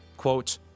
quote